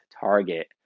target